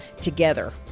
together